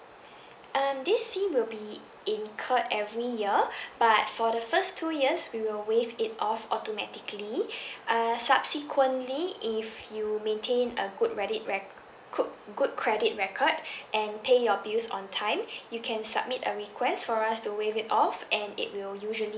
um this fee will be incurred every year but for the first two years we will waive it off automatically err subsequently if you maintain a good credit rec~ good good credit record and pay your bills on time you can submit a request for us to waive it off and it will usually